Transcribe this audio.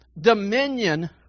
dominion